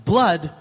Blood